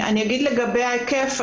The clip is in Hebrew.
אני אגיד לגבי ההיקף,